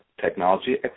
Technology